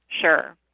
Sure